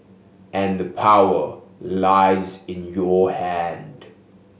and the power lies in your hand